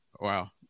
Wow